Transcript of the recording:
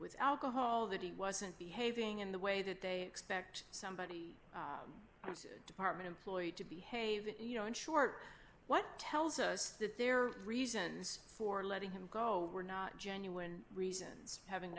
with alcohol that he wasn't behaving in the way that they expect somebody department employee to behave you know in short what tells us that their reasons for letting him go were not genuine reasons having